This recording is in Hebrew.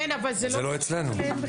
כן, אבל זה לא אצלם בכלל.